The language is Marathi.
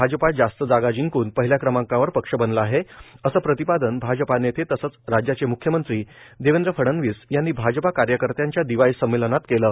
भाजपा जास्त जागा जिंकून पहिल्या क्रमांकाचा पक्ष बनला आहे असं प्रतिपादन भाजपा नेते तसंच राज्याचे म्ख्यमंत्री देवेंद्र फडणवीस यांनी भाजपा कार्यकर्त्यांच्या दिवाळी संमेलनात केलं